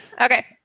Okay